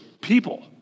people